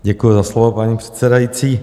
Děkuju za slovo, paní předsedající.